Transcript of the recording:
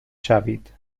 شوید